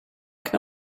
can